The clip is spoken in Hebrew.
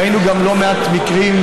ראינו גם לא מעט מקרים,